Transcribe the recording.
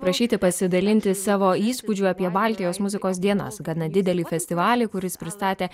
prašyti pasidalinti savo įspūdžiu apie baltijos muzikos dienas gana didelį festivalį kuris pristatė